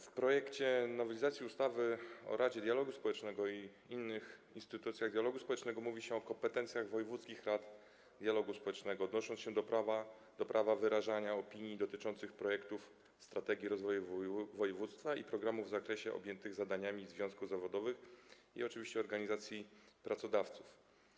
W projekcie nowelizacji ustawy o Radzie Dialogu Społecznego i innych instytucjach dialogu społecznego mówi się o kompetencjach wojewódzkich rad dialogu społecznego, odnosząc się do prawa wyrażania opinii dotyczących projektów strategii rozwoju województwa i programów w zakresie zadań związków zawodowych i oczywiście organizacji pracodawców.